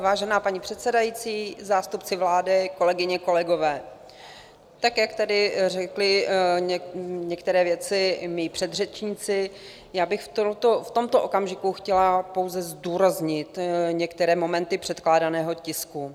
Vážená paní předsedající, zástupci vlády, kolegyně, kolegové, jak tady řekli některé věci mí předřečníci, já bych v tomto okamžiku chtěla pouze zdůraznit některé momenty předkládaného tisku.